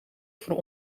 voor